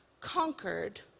conquered